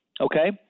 Okay